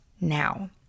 now